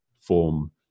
form